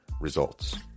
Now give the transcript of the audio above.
results